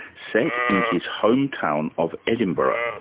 set in his home town of edinburgh,